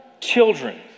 children